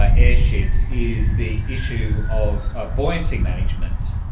ah airships is the issue of ah buoyancy management.